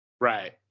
Right